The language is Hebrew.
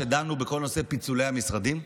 שדנו בכל נושא פיצולי המשרדים?